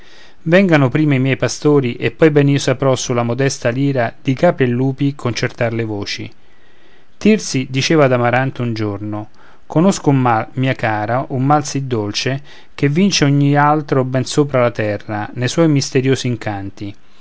vengano prima i miei pastori e poi ben io saprò sulla modesta lira di capri e lupi concertar le voci tirsi diceva ad amaranto un giorno conosco un mal mia cara un mal sì dolce che vince ogni altro ben sopra la terra ne suoi misteriosi incanti